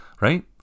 right